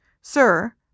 Sir